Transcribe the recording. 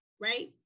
right